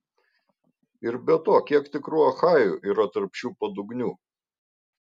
ir be to kiek tikrų achajų yra tarp šių padugnių